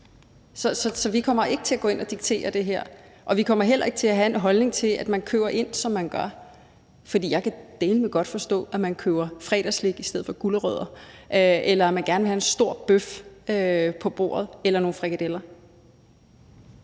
Så vi kommer ikke til at gå ind at diktere det her, og vi kommer heller ikke til at have en holdning til, at man køber ind, som man gør. For jeg kan dæleme godt forstå, at man køber fredagsslik i stedet for gulerødder, eller at man gerne vil have en stor bøf eller nogle frikadeller